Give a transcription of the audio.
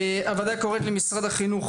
הוועדה קוראת למשרד החינוך,